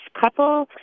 couple